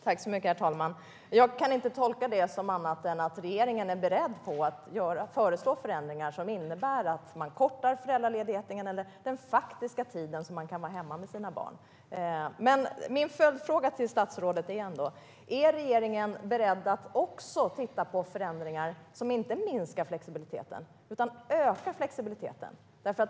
Herr talman! Jag kan inte tolka det på annat sätt än att regeringen är beredd att föreslå förändringar som innebär att man kortar föräldraledigheten eller den faktiska tiden som man kan vara hemma med sina barn. Min följdfråga till statsrådet är: Är regeringen beredd att också titta på förändringar som inte minskar utan ökar flexibiliteten?